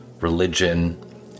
religion